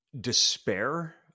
despair